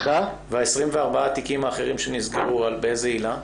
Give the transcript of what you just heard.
התיקים שנסגרו באיזו עילה?